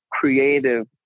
creative